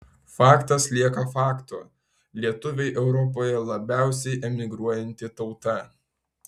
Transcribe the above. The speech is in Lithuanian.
faktas lieka faktu lietuviai europoje labiausiai emigruojanti tauta